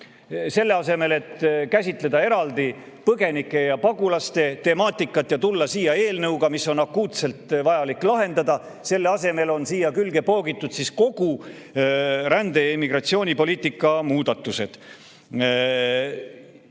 Selle asemel et käsitleda eraldi põgenike ja pagulaste temaatikat ja tulla siia eelnõuga, mis on akuutselt vajalik lahendada, on siia külge poogitud kogu rände- ja immigratsioonipoliitika muudatused. Mitmed